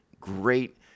great